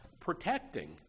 Protecting